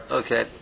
okay